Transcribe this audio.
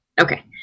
Okay